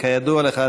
כידוע לך,